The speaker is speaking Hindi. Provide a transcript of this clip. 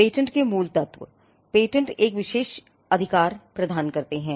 पेटेंट के मूल तत्व पेटेंट एक विशेष एकाधिकार अधिकार प्रदान करते हैं